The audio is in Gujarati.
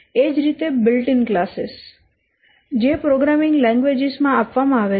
એ જ રીતે બિલ્ટ ઈન કલાસીસ જે પ્રોગ્રામિંગ લેંગ્વેજીસ માં આપવામાં આવે છે